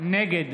נגד